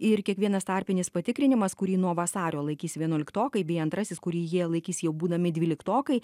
ir kiekvienas tarpinis patikrinimas kurį nuo vasario laikys vienuoliktokai bei antrasis kurį jie laikys jau būdami dvyliktokai